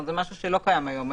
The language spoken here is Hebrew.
זה משהו שלא קיים היום.